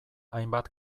hainbat